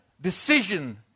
decision